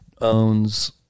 owns